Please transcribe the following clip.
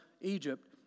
Egypt